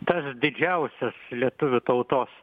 tas didžiausias lietuvių tautos